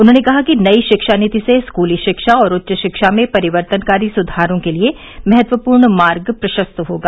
उन्होंने कहा कि नई शिक्षा नीति से स्कूली शिक्षा और उच्च शिक्षा में परिवर्तनकारी सुधारों के लिए महत्वपूर्ण मार्ग प्रशस्त होगा